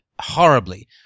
horribly